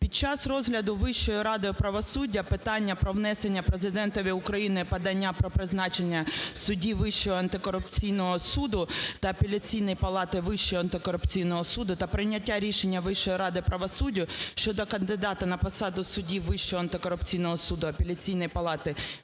"Під час розгляду Вищою радою правосуддя питання про внесення Президентові України подання про призначення судді Вищого антикорупційного суду та Апеляційної палати Вищого антикорупційного суду та прийняття рішення Вищої ради правосуддя щодо кандидата на посаду судді Вищого антикорупційного суду та Апеляційної палати